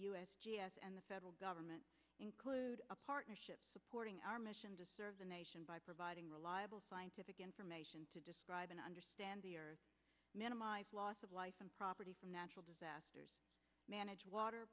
s and the federal government include a partnership supporting our mission to serve the nation by providing reliable scientific information to describe an understanding minimize loss of life and property from natural disasters manage water